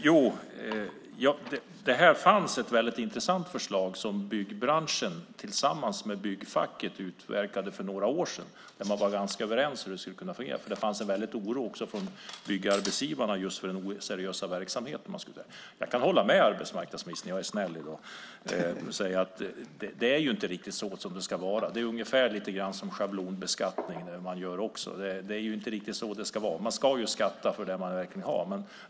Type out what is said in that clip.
Fru talman! Det fanns ett intressant förslag som byggbranschen tillsammans med byggfacket utverkade för några år sedan där man var ganska överens. Det fanns en oro också från byggarbetsgivarna för den oseriösa verksamheten. Jag kan hålla med arbetsmarknadsministern - jag är snäll i dag - och säga att det inte riktigt är som det ska vara. Det är lite som med schablonbeskattning. Det är inte riktigt så det ska vara, utan man ska skatta för det man har.